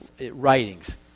writings